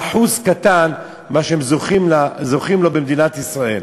באחוז קטן, מה שהם זוכים לו במדינת ישראל.